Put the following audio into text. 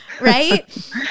Right